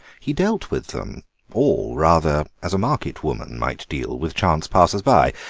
he dealt with them all rather as a market woman might deal with chance passers-by,